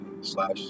slash